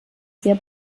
sehr